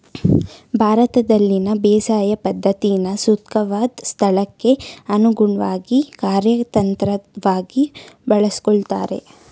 ಭಾರತದಲ್ಲಿನ ಬೇಸಾಯ ಪದ್ಧತಿನ ಸೂಕ್ತವಾದ್ ಸ್ಥಳಕ್ಕೆ ಅನುಗುಣ್ವಾಗಿ ಕಾರ್ಯತಂತ್ರವಾಗಿ ಬಳಸ್ಕೊಳ್ತಾರೆ